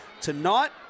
tonight